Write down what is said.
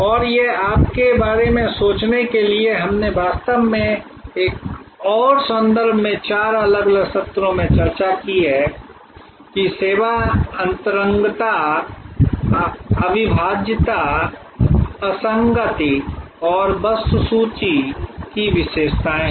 और यह आपके बारे में सोचने के लिए हमने वास्तव में एक और संदर्भ में चार अलग अलग सत्रों में चर्चा की है कि ये सेवा अंतरंगता अविभाज्यता असंगति और वस्तुसूची की विशेषताएं हैं